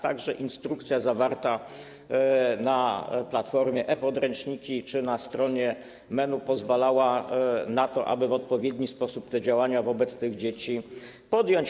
Także instrukcja zawarta na platformie e-podręczniki czy na stronie MEN-u pozwalała na to, aby w odpowiedni sposób te działania wobec tych dzieci podjąć.